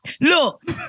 Look